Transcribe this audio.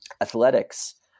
athletics